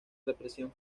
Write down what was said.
represión